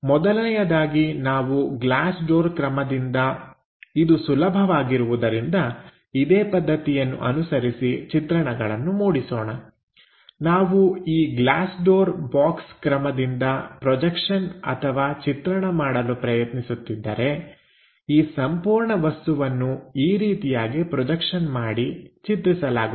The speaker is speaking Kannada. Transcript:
ಮೊದಲನೆಯದಾಗಿ ನಾವು ಗ್ಲಾಸ್ ಡೋರ್ ಕ್ರಮದಿಂದ ಇದು ಸುಲಭವಾಗಿರುವುದರಿಂದ ಇದೇ ಪದ್ಧತಿಯನ್ನು ಅನುಸರಿಸಿ ಚಿತ್ರಣಗಳನ್ನು ಮೂಡಿಸೋಣ ನಾವು ಈ ಗ್ಲಾಸ್ ಡೋರ್ ಬಾಕ್ಸ್ ಕ್ರಮದಿಂದ ಪ್ರೊಜೆಕ್ಷನ್ ಅಥವಾ ಚಿತ್ರಣ ಮಾಡಲು ಪ್ರಯತ್ನಿಸುತ್ತಿದ್ದರೆ ಈ ಸಂಪೂರ್ಣ ವಸ್ತುವನ್ನು ಈ ರೀತಿಯಾಗಿ ಪ್ರೊಜೆಕ್ಷನ್ ಮಾಡಿ ಚಿತ್ರಿಸಲಾಗುತ್ತದೆ